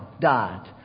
died